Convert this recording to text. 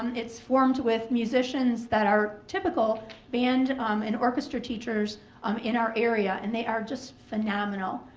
um it's formed with musicians that are typical band and orchestra teachers um in our area and they are just phenomenal.